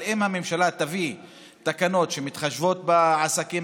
אבל אם הממשלה תביא תקנות שמתחשבות בעסקים